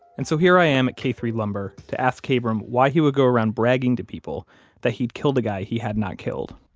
and so here i am at k three lumber to ask kabrahm why he would go around bragging to people that he had killed a guy he had not killed.